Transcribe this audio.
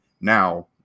now